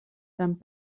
sant